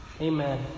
Amen